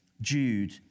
Jude